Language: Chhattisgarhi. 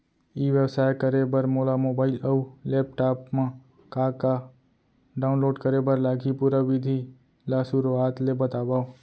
ई व्यवसाय करे बर मोला मोबाइल अऊ लैपटॉप मा का का डाऊनलोड करे बर लागही, पुरा विधि ला शुरुआत ले बतावव?